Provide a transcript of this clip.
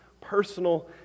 personal